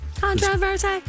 Controversy